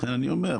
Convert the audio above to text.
לכן אני אומר,